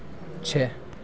छः